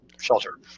shelter